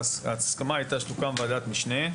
ההסכמה הייתה שתוקם ועדת משנה.